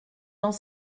dans